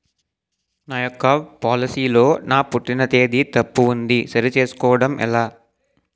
నా యెక్క పోలసీ లో నా పుట్టిన తేదీ తప్పు ఉంది సరి చేసుకోవడం ఎలా?